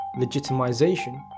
Legitimization